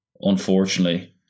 unfortunately